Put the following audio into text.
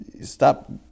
stop